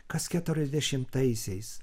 kas keturiasdešimtaisiais